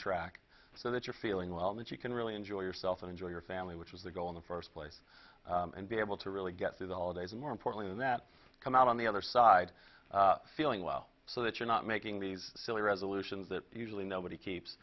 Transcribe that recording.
track so that you're feeling well that you can really enjoy yourself and enjoy your family which was the goal in the first place and be able to really get through the holidays and more importantly that come out on the other side feeling well so that you're not making these silly resolutions that usually nobody keeps